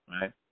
right